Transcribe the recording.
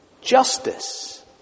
justice